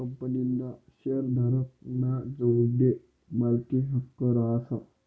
कंपनीना शेअरधारक ना जोडे मालकी हक्क रहास